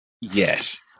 Yes